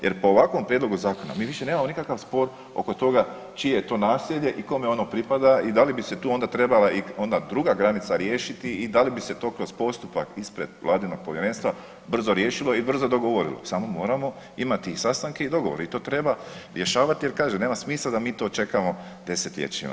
Jer po ovakvom prijedlogu zakona, mi više nemamo nikakav spor oko toga čije je to naselje i kome ono pripada i da li bi se tu onda trebala i ona druga granica riješiti i da li bi se to kroz postupak ispred Vladinog Povjerenstva brzo riješilo i brzo dogovorilo, samo moramo imati i sastanke i dogovore i to treba rješavati jer, kažem, nema smisla da mi to čekamo desetljećima.